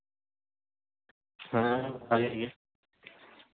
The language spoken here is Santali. ᱦᱮᱸ ᱵᱷᱟᱜᱮ ᱜᱮ